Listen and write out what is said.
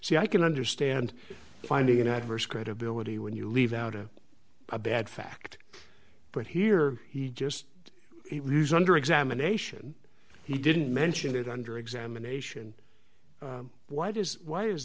so i can understand finding an adverse credibility when you leave out a bad fact but here he just under examination he didn't mention it under examination why does why is